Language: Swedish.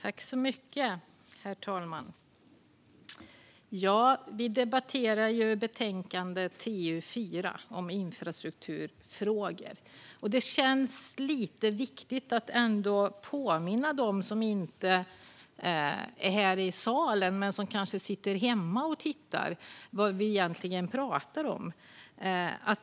Herr talman! Vi debatterar betänkandet TU4 om infrastrukturfrågor. Det känns lite viktigt att påminna dem som inte finns här i salen men som kanske sitter hemma och tittar om vad vi egentligen pratar om.